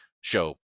show